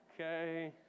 Okay